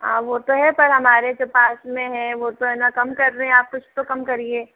हाँ वो तो है पर हमारे जो पास में है वो तो है न कम कर रहे है आप कुछ तो कम करिये